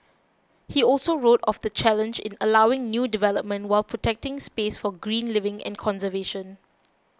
he also wrote of the challenge in allowing new development while protecting space for green living and conservation